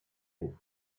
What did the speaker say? vous